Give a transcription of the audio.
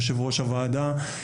יושב-ראש הוועדה,